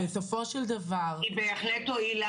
היא בהחלט הועילה,